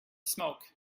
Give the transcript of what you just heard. smoke